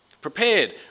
prepared